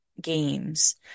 games